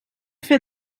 fer